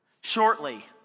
shortly